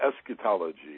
eschatology